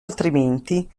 altrimenti